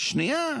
כבר יש לי תשובה